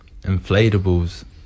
Inflatables